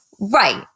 right